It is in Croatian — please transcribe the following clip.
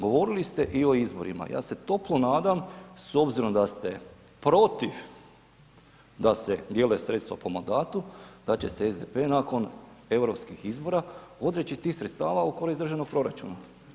Govorili ste i o izborima, ja se toplo nadam s obzirom da ste protiv da se dijele sredstva po mandatu, da će se SDP nakon europskih izbora, odreći tih sredstava u korist državnog proračuna.